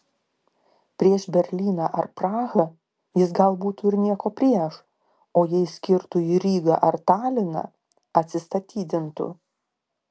prieš berlyną ar prahą jis gal būtų ir nieko prieš o jei skirtų į rygą ar taliną atsistatydintų